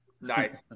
Nice